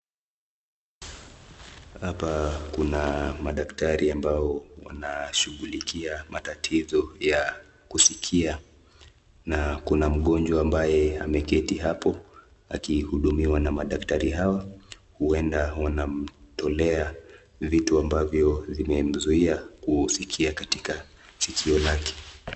Hapa kuna madaktari ambao wanashughulikia matatizo ya kuskia na kuna mgonjwa ambaye ameketi hapo akihudumiwa na madaktari hawa, huenda wanamtolea vitu ambavyo zimemzuia kusikia katika sikio lake.